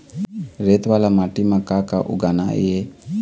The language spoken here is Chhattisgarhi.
रेत वाला माटी म का का उगाना ये?